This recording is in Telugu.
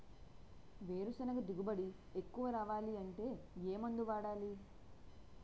వేరుసెనగ దిగుబడి ఎక్కువ రావాలి అంటే ఏ మందు వాడాలి?